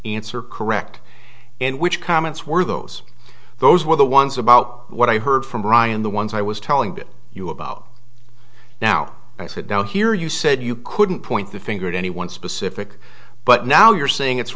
are correct and which comments were those those were the ones about what i heard from brian the ones i was telling you about now i sit down here you said you couldn't point the finger at anyone specific but now you're saying it's